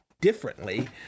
differently